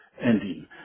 ending